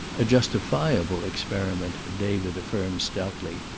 a justifiable experiment, david affirmed stoutly.